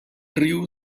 drew